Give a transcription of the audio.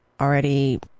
already